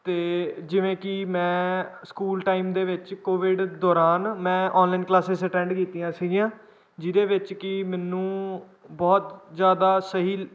ਅਤੇ ਜਿਵੇਂ ਕਿ ਮੈਂ ਸਕੂਲ ਟਾਈਮ ਦੇ ਵਿੱਚ ਕੋਵਿਡ ਦੌਰਾਨ ਮੈਂ ਔਨਲਾਈਨ ਕਲਾਸਿਸ ਅਟੈਂਡ ਕੀਤੀਆਂ ਸੀਗੀਆਂ ਜਿਹਦੇ ਵਿੱਚ ਕਿ ਮੈਨੂੰ ਬਹੁਤ ਜ਼ਿਆਦਾ ਸਹੀ